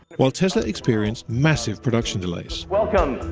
while tesla experienced massive production delays. welcome,